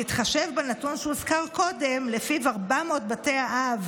בהתחשב בנתון שהוזכר קודם, שלפיו 400 בתי האב